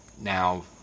Now